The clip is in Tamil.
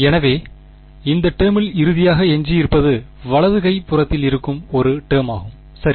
எனவே இந்த டெர்மில் இறுதியாக எஞ்சியிருப்பது வலது கை புறத்தில் இருக்கும் இந்த டேர்மாகும் சரி